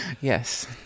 Yes